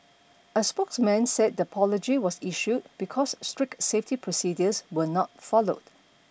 a spokesman said the apology was issued because strict safety procedures were not followed